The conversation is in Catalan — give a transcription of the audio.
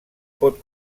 pot